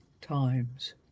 times